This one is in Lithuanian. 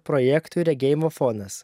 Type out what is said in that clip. projektui regėjimo fonas